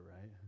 right